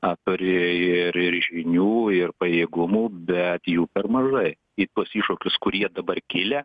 a turi ir ir žinių ir pajėgumų bet jų per mažai į tuos iššūkius kurie dabar kilę